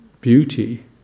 beauty